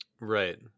Right